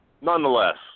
Nonetheless